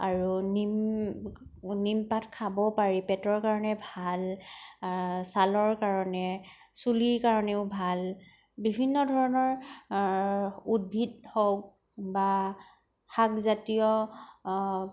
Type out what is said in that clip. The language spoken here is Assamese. আৰু নিম নিম পাত খাব পাৰি পেটৰ কাৰণে ভাল ছালৰ কাৰণে চুলিৰ কাৰণেও ভাল বিভিন্ন ধৰণৰ উদ্ভিদ হওক বা শাকজাতীয়